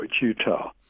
Utah